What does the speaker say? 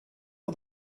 for